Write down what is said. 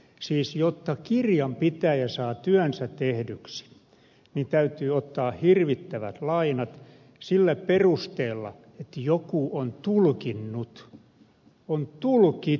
siis jotta kirjanpitäjä saa työnsä tehdyksi täytyy ottaa hirvittävät lainat sillä perusteella että joku on tulkinnut on tulkittu